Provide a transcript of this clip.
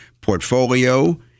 portfolio